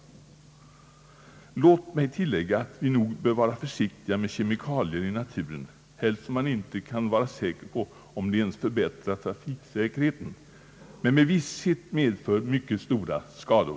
Låt mig tillägga att vi nog bör vara försiktiga med kemikalier 1 naturen, allra helst som man inte ens kan vara säker på att de förbättrar trafiksäkerheten. Med visshet medför de mycket stora skador.